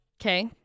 Okay